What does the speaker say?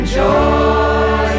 joy